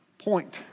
point